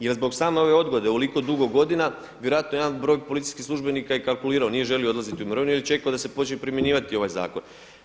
Jer zbog same ove odgode ovoliko dugo godina vjerojatno jedan broj policijskih službenika je kalkulirao nije želio odlaziti u mirovinu jer je čekao da se počne primjenjivati ovaj zakon.